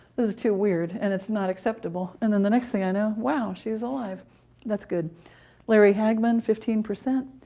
is too weird, and it's not acceptable. and then, the next thing i know, wow, she is alive that's good larry hagman fifteen percent.